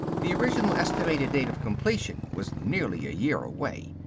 the original estimated date of completion was nearly a year away.